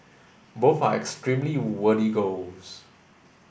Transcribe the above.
both are extremely goals